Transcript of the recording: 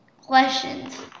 Questions